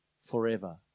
forever